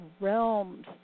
realms